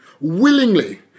willingly